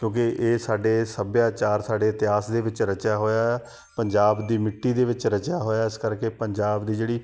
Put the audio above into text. ਕਿਉਂਕਿ ਇਹ ਸਾਡੇ ਸੱਭਿਆਚਾਰ ਸਾਡੇ ਇਤਿਹਾਸ ਦੇ ਵਿੱਚ ਰਚਿਆ ਹੋਇਆ ਹੈ ਪੰਜਾਬ ਦੀ ਮਿੱਟੀ ਦੇ ਵਿੱਚ ਰਚਿਆ ਹੋਇਆ ਇਸ ਕਰਕੇ ਪੰਜਾਬ ਦੀ ਜਿਹੜੀ